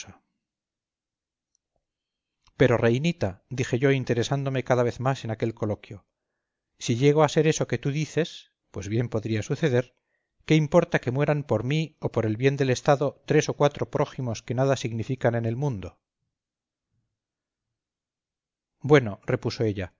pero reinita dije yo interesándome más cada vez en aquel coloquio si llego a ser eso que tú dices pues bien podría suceder qué importa que mueran por mí o por el bien del estado tres o cuatro prójimos que nada significan en el mundo bueno repuso ella